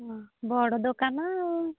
ହଁ ବଡ଼ ଦୋକାନ ଆଉ